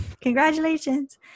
congratulations